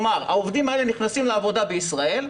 העובדים האלה נכנסים לעבודה בישראל,